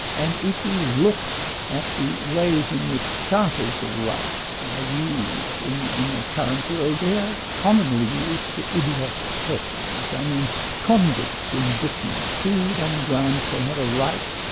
and if you look at the ways in which charters of rights are used in in the current world, they are commonly used for idiotic purposes. i mean convicts in britain sued on the grounds they had a right,